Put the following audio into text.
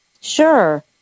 Sure